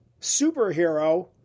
superhero